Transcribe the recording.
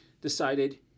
decided